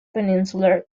peninsular